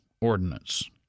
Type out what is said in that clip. ordinance